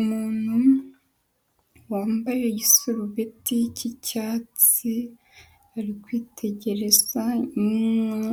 Umuntu wambaye igisurubeti cy'icyatsi, ari kwitegereza inyana